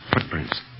Footprints